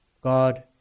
God